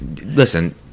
Listen